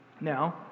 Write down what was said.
Now